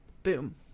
Boom